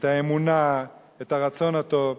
את האמונה, את הרצון הטוב.